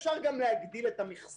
אפשר גם להגדיל את המכסות,